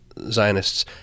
Zionists